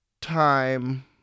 time